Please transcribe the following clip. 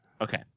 okay